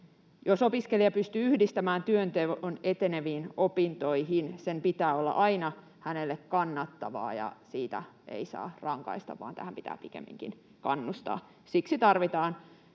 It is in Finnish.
Jos opiskelija pystyy yhdistämään työnteon eteneviin opintoihin, sen pitää olla aina hänelle kannattavaa ja siitä ei saa rankaista, vaan tähän pitää pikemminkin kannustaa. Siksi tarvitaan